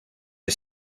est